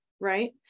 Right